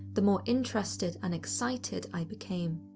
the more interested and excited i became.